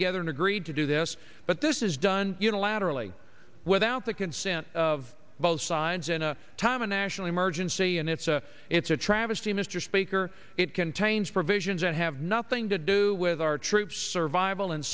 together and agreed to do this but this is done unilaterally without the consent of both sides in a time of national emergency and it's a it's a travesty mr speaker it contains provisions that have nothing to do with our troops survival and